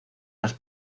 las